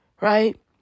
Right